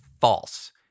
false